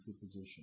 position